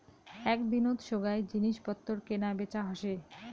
এক দিনত সোগায় জিনিস পত্তর কেনা বেচা হসে